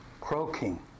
croaking